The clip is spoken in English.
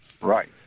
Right